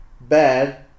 Bad